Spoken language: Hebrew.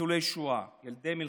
ניצולי שואה, ילדי מלחמה,